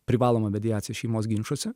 privaloma mediacija šeimos ginčuose